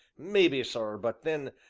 maybe, sir, but then,